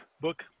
book